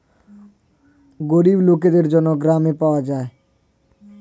গরিব লোকদের জন্য গ্রামে পাওয়া যায়